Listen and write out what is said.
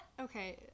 okay